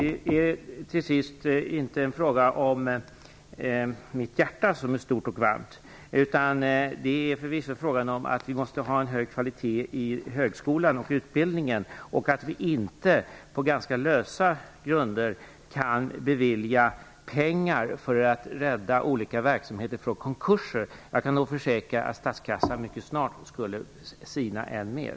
Till sist: Det är inte en fråga om mitt hjärta, som är stort och varmt, utan det är förvisso fråga om att vi måste ha hög kvalitet i högskolan och i utbildningen samt att vi inte på ganska lösa grunder kan bevilja pengar för att rädda olika verksamheter från konkurser. Jag kan försäkra att statskassan då mycket snart skulle sina än mer.